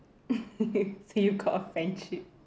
so you got a friendship